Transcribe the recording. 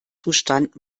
zustand